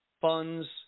funds